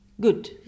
good